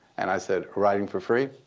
and i said, riding for free?